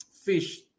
Fish